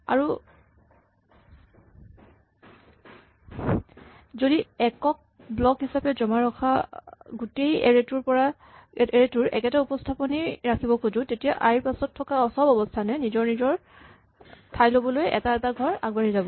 আৰু আমি যদি একক ব্লক হিচাপে জমা ৰখা গোটেই এৰে টোৰ একেটা উপস্হাপনেই ৰাখিব খোজো তেতিয়া আই ৰ পাছত থকা চব অৱস্হানে নিজৰ ঠাই ল'বলৈ এটা এটা ঘৰ আগবাঢ়ি যাব